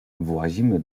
włazimy